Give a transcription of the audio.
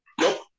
Nope